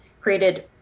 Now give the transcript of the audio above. created